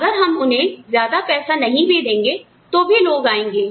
अगर हम उन्हें ज्यादा पैसा नहीं भी देंगे तो भी लोग आएंगे